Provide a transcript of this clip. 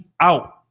out